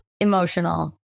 emotional